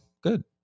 good